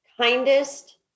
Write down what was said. kindest